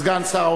סגן שר האוצר,